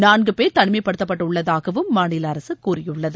நான்கு பேர் தனிமைப்படுத்தப்பட்டுள்ளதாகவும் மாநில அரசு கூறியுள்ளது